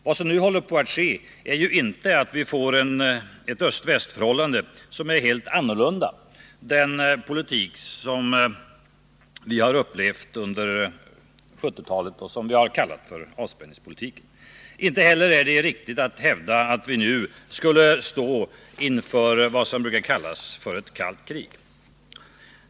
Vad som nu håller på att ske är ju inte att vi håller på att få ett öst-väst-förhållande som är helt annorlunda än den politik som vi har upplevt under 1970-talet och som vi har kallat för avspänningspolitiken. Inte heller är det riktigt att hävda att vi nu skulle stå inför vad som brukar kallas för ett kallt krig.